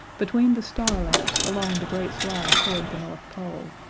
between the star-lamps along the great slide toward the north pole.